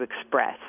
express